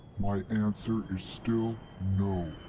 my answer is still no!